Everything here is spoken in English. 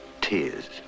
tears